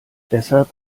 deshalb